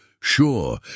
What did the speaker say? Sure